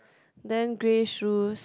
then grey shoes